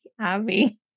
Abby